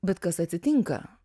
bet kas atsitinka